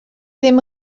ddim